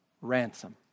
ransom